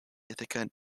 ithaca